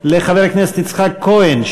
לחבר הכנסת יצחק כהן,